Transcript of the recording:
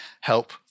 help